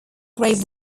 grey